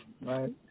right